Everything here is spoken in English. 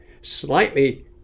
slightly